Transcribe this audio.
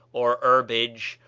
or herbage,